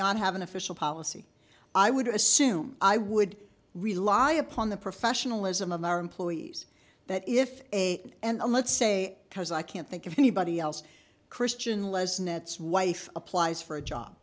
not have an official policy i would assume i would rely upon the professionalism of our employees that if a and a let's say because i can't think of anybody else christian less nets wife applies for a job